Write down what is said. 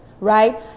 right